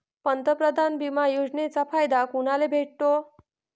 पंतप्रधान बिमा योजनेचा फायदा कुनाले भेटतो?